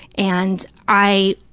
and i,